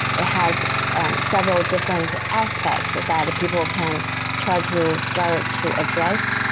it has several different aspects that people can try to start to address.